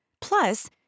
Plus